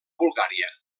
bulgària